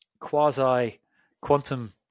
quasi-quantum